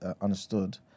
understood